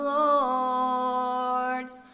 lords